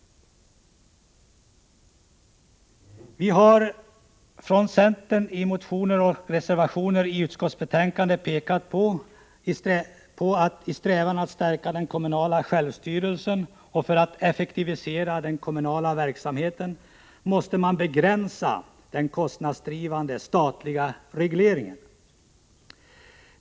I motioner och i reservationer till utskottsbetänkandet har centerpartiet pekat på vikten av att man i strävandena att stärka den kommunala självstyrelsen och att effektivisera den kommunala verksamheten begränsar den kostnadsdrivande statliga regleringen.